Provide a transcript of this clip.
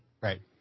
Right